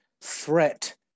Threat